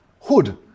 hood